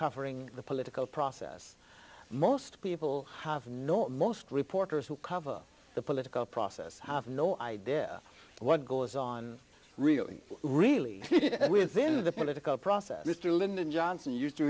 covering the political process most people have not most reporters who cover the political process have no idea what goes on really really within the political process mr lyndon johnson used to